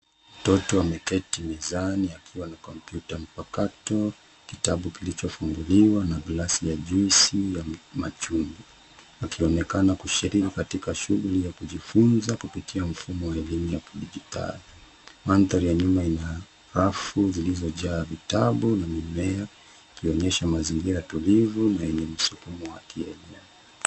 Mtoto ameketi mezani akiwa na kompyuta mpakato, kitabu kilichofunguliwa na glasi ya juisi ya machungwa akionekana kushiriki katika shughuli ya kujifunza kupitia mfumo wa elimu ya kidijitali. Mandhari ya nyuma ina rafu zilizojaa vitabu na mimea ikionyesha mazingira tulivu na yenye msukumo ya kielimu.